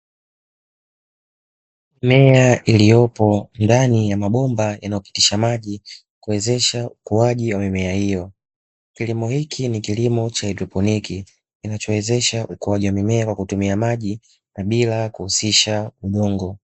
Mimea iliyopo ndani ya mabomba inayopitisha maji kuwezesha ukuaji wa mimea hiyo, kilimo hiki ni kilimo cha haidroponiki kinachowezesha ukuwaji wa mimea kwa kutumia maji bila kuhusisha udongo.